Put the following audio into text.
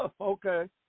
Okay